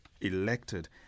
elected